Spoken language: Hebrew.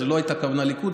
לא הייתה כוונה לליכוד,